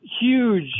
huge